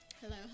hello